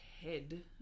head